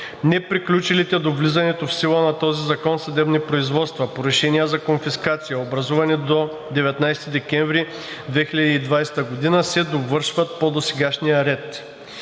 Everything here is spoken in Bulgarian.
Неприключилите до влизането в сила на този закон съдебни производства по решения за конфискация, образувани до 19 декември 2020 г., се довършват по досегашния ред.